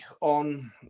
on